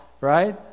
right